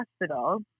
hospital